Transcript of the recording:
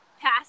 pass